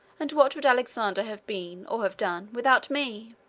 and what would alexander have been, or have done without me?